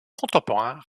contemporains